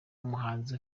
umuhanzi